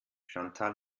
chantal